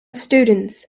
students